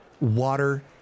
water